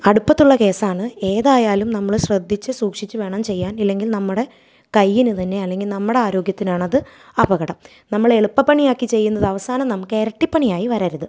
അടുപ്പത്തുള്ള കേസാണ് ഏതായാലും നമ്മൾ ശ്രദ്ധിച്ച് സൂക്ഷിച്ച് വേണം ചെയ്യാൻ ഇല്ലെങ്കിൽ നമ്മുടെ കയ്യിന് തന്നെ അല്ലെങ്കിൽ നമ്മുടെ ആരോഗ്യത്തിനാണത് അപകടം നമ്മളെളുപ്പണിയാക്കി ചെയ്യുന്നത് അവസാനം നമുക്കെരട്ടിപ്പണിയായി വരരുത്